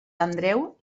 andreu